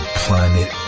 planet